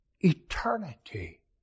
eternity